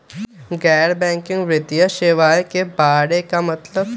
गैर बैंकिंग वित्तीय सेवाए के बारे का मतलब?